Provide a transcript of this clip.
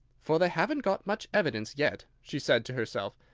for they haven't got much evidence yet, she said to herself.